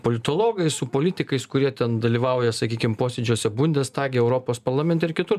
politologais su politikais kurie ten dalyvauja sakykim posėdžiuose bundestage europos parlamente ir kitur